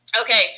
Okay